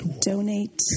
donate